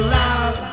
love